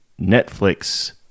Netflix